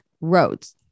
Roads